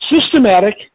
systematic